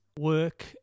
work